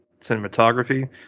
cinematography